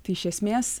tai iš esmės